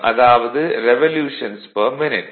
அதாவது revolutions per minute